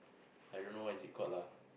I don't know what is it called lah